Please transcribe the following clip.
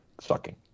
Sucking